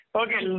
okay